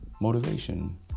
motivation